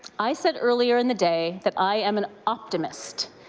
i said earlier in the day that i am an optimist.